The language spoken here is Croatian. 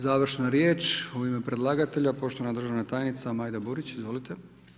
Završna riječ, u ime predlagatelja poštovana državna tajnica Majda Burić, izvolite.